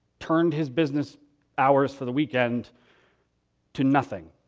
turned his business hours for the weekend to nothing.